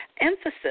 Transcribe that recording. Emphasis